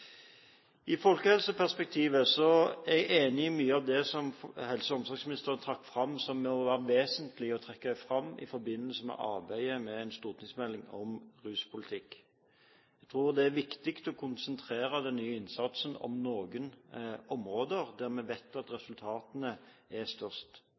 I et folkehelseperspektiv er jeg enig i mye av det som helse- og omsorgsministeren trakk fram, som det var vesentlig å trekke fram i forbindelse med arbeidet med en stortingsmelding om ruspolitikk. Jeg tror det er viktig å konsentrere den nye innsatsen om noen områder der vi vet at